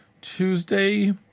Tuesday